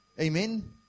Amen